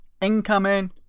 Incoming